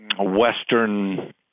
Western –